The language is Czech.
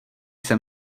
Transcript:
jsem